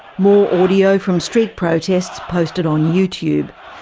more audio from street protests posted on youtube.